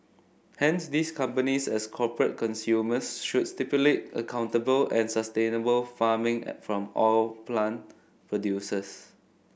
hence these companies as corporate consumers should stipulate accountable and sustainable farming at from oil palm producers